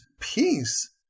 peace